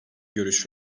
görüş